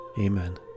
Amen